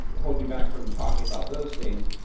hold you back from talking about those things.